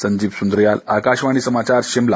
संजीव सुंद्रियाल आकाशवाणी समाचार शिमला